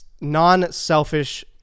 non-selfish